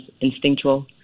instinctual